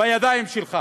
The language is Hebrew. בידיים שלך.